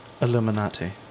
Illuminati